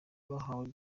bahawe